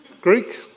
Greek